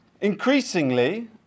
Increasingly